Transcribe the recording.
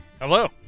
Hello